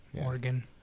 Oregon